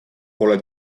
pole